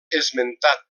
esmentat